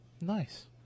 Nice